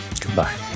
Goodbye